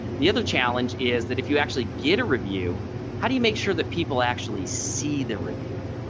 the other challenge is that if you actually get a review how do you make sure that people actually see the review.